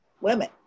women